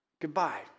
Goodbye